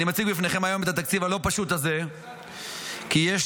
אני מציג בפניכם היום את התקציב הלא-פשוט הזה כי יש